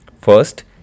First